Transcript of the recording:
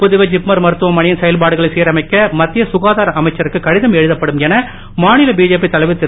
புதுவை ஜிப்மர் மருத்துவமனையின் செயல்பாடுகனை சீரமைக்க மத்திய சுகாதார அமைச்சருக்கு கடிதம் எழுதப்படும் என மாநில பிஜேபி தலைவர் திரு